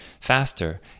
faster